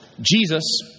Jesus